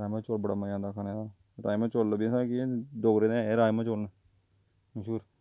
राजमांह् चौल बड़ा मज़ा आंदा खाने दा राजमांह् चौल कि डोगरें दा ऐं गै राजमांह् चौल न मश्हूर